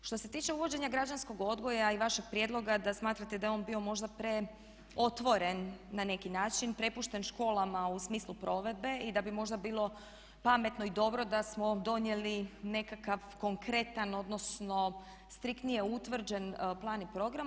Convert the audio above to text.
Što se tiče uvođenja građanskog odgoja i vašeg prijedloga da smatrate da je on bio možda preotvoren na neki način, prepušten školama u smislu provedbe i da bi možda bilo pametno i dobro da smo donijeli nekakav konkretna odnosno striktnije utvrđen plan i program.